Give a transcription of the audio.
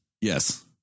Yes